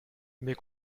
mes